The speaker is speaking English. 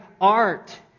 art